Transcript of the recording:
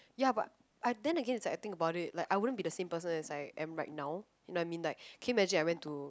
ya but I then again is like I think about it like I wouldn't be the same person as I am right now you know what I mean can you imagine I went to